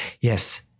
yes